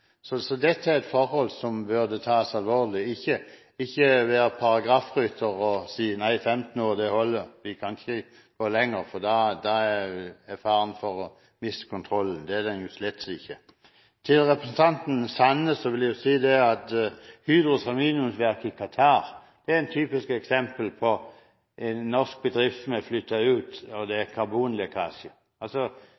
Dette er et forhold som bør tas alvorlig. Vær ikke paragrafryttere og si: Nei, 15 år holder. Vi kan ikke gå lenger, for da er det fare for å miste kontrollen. Det er det slett ikke. Til representanten Sande vil jeg si at Hydros aluminiumsverk i Qatar er et typisk eksempel på en norsk bedrift som har flyttet ut, og det er